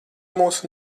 mūsu